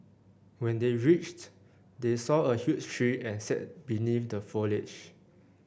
when they reached they saw a huge tree and sat beneath the foliage